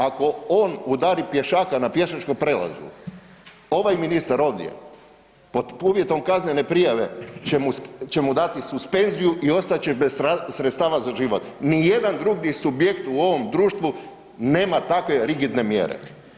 Ako on udari pješaka na pješačkom prelazu, ovaj ministar ovdje, pod uvjetom kaznen prijave će mu dati suspenziju i ostat će bez sredstava za život, nijedan drugi subjekt u ovom društvu nemate takve rigidne mjere.